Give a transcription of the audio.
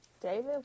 David